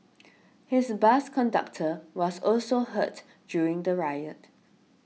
his bus conductor was also hurt during the riot